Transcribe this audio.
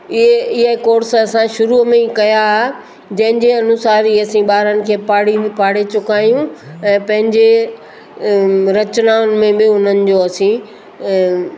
इहे इहे कोर्स असां शुरूअ में ई कया हुआ जंहिंजे अनुसारु ई असीं ॿारनि खे पाढ़ी पाढ़े चुका आहियूं ऐं पंहिंजे रचनाऊनि में ॿियो उन्हनि जो असीं